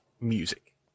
music